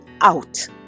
out